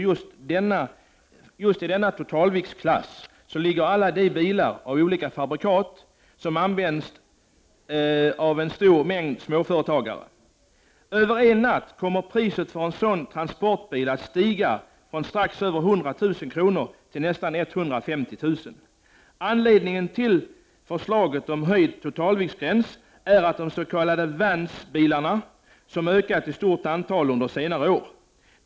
Just i denna totalviktsklass finns alla de bilar — av olika fabrikat — som används av en stor mängd småföretagare. Över en natt kommer priset för en sådan transportbil att stiga från drygt 100 000 kr. till nästan 150000 kr. Anledningen till förslaget om en höjd totalviktsgräns är de s.k. vanbilarna som har ökat mycket i antal under senare år.